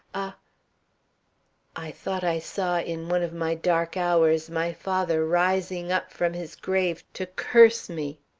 a i thought i saw in one of my dark hours my father rising up from his grave to curse me.